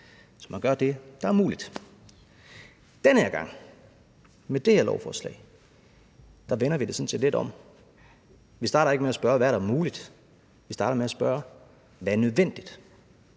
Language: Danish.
Man gør det, der er muligt. Den her gang, med det her lovforslag, vender vi det sådan set lidt om: Vi starter ikke med at spørge, hvad der er muligt. Vi starter med at spørge: Hvad er nødvendigt?